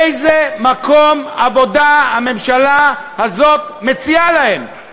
איזה מקום עבודה הממשלה הזאת מציעה להם?